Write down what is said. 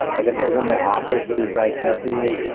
like i feel when my office is like messy,